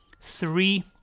three